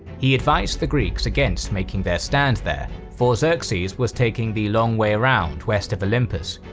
he advised the greeks against making their stand there, for xerxes was taking the long way around west of olympus,